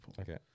okay